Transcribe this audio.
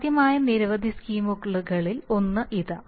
സാധ്യമായ നിരവധി സ്കീമുകളിൽ ഒന്ന് ഇതാ